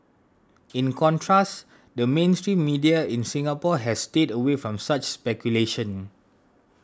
in contrast the mainstream media in Singapore has stayed away from such speculation